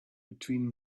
between